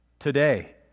Today